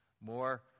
more